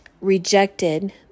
rejected